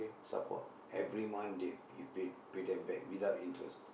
support every month they you pay pay them back without interest